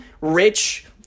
rich